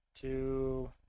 Two